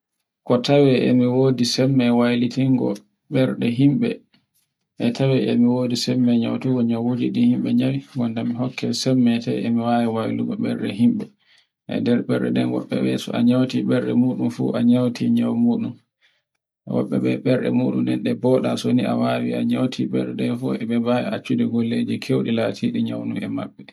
ko tawe e mi wodi sembe ɓernde himɓe, e tawe e mi wodi sembe nyatungo himbe nyawi, gonda mi hokke himɓe sembe e mi wawi waylugo ɓernnde himbe. E nde ɓernde den woɓɓe yeso a nyauti nyawu muɗum. Woɓɓe ben nyawu muɗum nde boɗa so ni a wawi, to ni nyawi a nyauti bernde nden be mbawi nyautude latide nyautude maɓɓe.